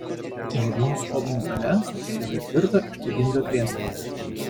ąžuolinių skobnių gale atsisėdo į tvirtą ištaigingą krėslą